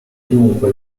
dunque